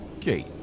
Kate